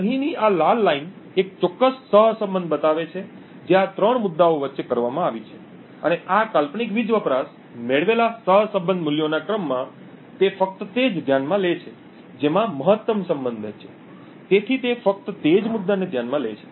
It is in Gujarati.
તેથી અહીંની આ લાલ લાઇન એક ચોક્કસ સહસંબંધ બતાવે છે જે આ ત્રણ મુદ્દાઓ વચ્ચે કરવામાં આવી છે અને આ કાલ્પનિક વીજ વપરાશ મેળવેલા સહસંબંધ મૂલ્યોના ક્રમમાં તે ફક્ત તે જ ધ્યાનમાં લે છે કે જેમાં મહત્તમ સંબંધ છે તેથી તે ફક્ત તે જ મુદ્દાને ધ્યાનમાં લે છે